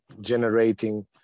generating